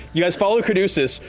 you guys follow caduceus,